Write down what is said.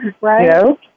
Right